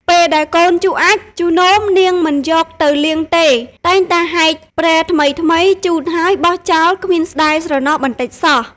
ពេលដែលកូនជុះអាចម៍ ជុះនោម នាងមិនយកទៅលាងទេ តែងតែហែកព្រែថ្មីៗជូតហើយបោះចោលគ្មានស្តាយស្រណោះបន្តិចសោះ។